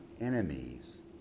enemies